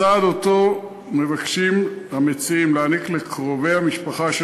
הסעד שמבקשים המציעים להעניק לקרובי המשפחה של